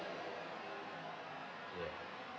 ya